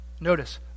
Notice